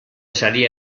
sari